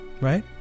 Right